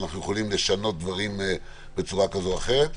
שאנחנו יכולים לשנות דברים בצורה כזאת או אחרת.